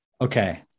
Okay